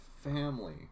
family